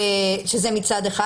מצד אחד,